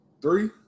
Three